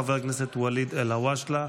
חבר הכנסת ואליד אלהואשלה,